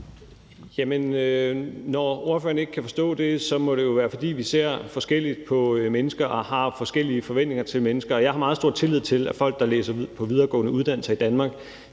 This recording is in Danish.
når ordføreren ikke kan forstå det, må det jo være, fordi vi ser forskelligt på mennesker og har forskellige forventninger til mennesker. Jeg har meget stor tillid til, at folk, der læser på videregående uddannelser i Danmark,